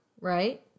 right